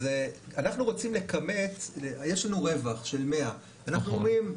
יש לנו רווח של 100. אנחנו אומרים,